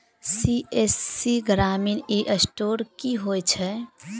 CSC ग्रामीण e store की होइ छै?